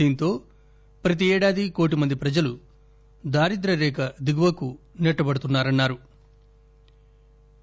దీంతో ప్రతి ఏడాది కోటి మంది ప్రజలు దారిద్ర్య రేఖ దిగువకు నెట్టబడుతున్నా రన్నా రు